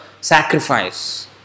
sacrifice